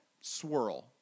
Swirl